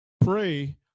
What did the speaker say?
pray